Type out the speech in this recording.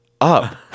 up